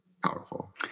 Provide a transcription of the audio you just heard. Powerful